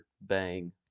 Bang